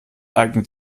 eignet